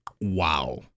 Wow